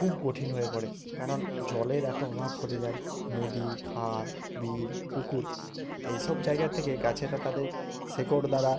খুব কঠিন হয়ে পড়ে কারণ জলের এতো অভাব ঘটে যায় নদী খাল বিল পুকুর এই সব জায়গা থেকে গাছেরা তাদের শেকড় দ্বারা